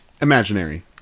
imaginary